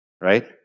right